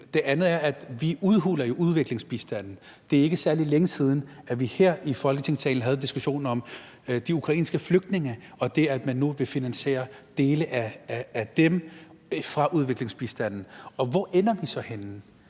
det andet er, at vi jo udhuler udviklingsbistanden. Det er ikke særlig længe siden, at vi her i Folketingssalen havde en diskussion om de ukrainske flygtninge og det, at man nu vil finansiere dele af det fra udviklingsbistanden. Og hvor ender vi så henne?